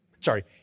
Sorry